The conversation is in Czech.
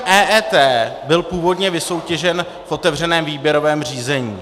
Systém EET byl původně vysoutěžen v otevřeném výběrovém řízení.